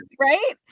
Right